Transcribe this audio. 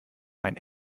mein